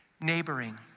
Neighboring